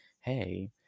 Hey